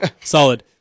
solid